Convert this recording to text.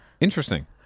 Interesting